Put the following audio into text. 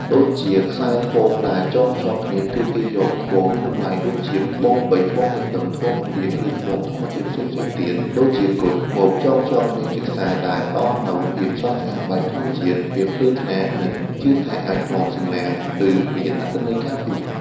ដូចជា ខ្សែត្បូងដែលចងភ្ជាប់គ្នា គឺគេយកត្បូងមានតម្លៃ (ដូចជាត្បូងពេជ្រ ត្បូងទទឹម ត្បូងកណ្ដៀង) ឬត្បូងធម្មជាតិផ្សេងៗទៀត (ដូចជាគុជ) មកចងភ្ជាប់គ្នាជាខ្សែ ដែលផ្តល់នូវភាពស្រស់ស្អាតបែបធម្មជាតិ ភាពភ្លឺថ្លា និងជឿថាអាចនាំសំណាង ឬមានអត្ថន័យការពារ។